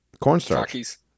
Cornstarch